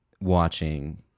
watching